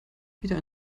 wieder